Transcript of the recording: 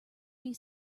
would